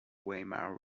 weimar